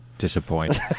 disappoint